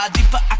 Deeper